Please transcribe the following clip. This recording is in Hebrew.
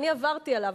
אני עברתי עליו,